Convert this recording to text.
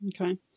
Okay